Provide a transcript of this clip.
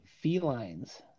felines